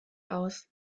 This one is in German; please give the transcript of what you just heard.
aus